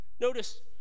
Notice